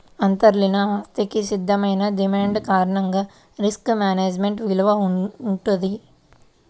అంతర్లీన ఆస్తికి స్థిరమైన డిమాండ్ కారణంగా రిస్క్ మేనేజ్మెంట్ విలువ వుంటది